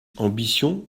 ambition